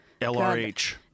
LRH